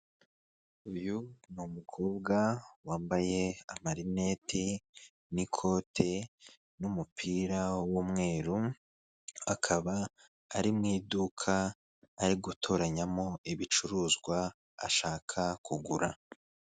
Uyu ni umukobwa wambaye amarineti, n'ikote, n'umupira w'umweru. Akaba ari mu iduka ari gutoranyamo ibicuruzwa ashaka kugura.